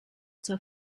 zur